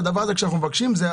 כשאנחנו מבקשים את זה,